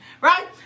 Right